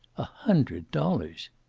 a hundred dollars!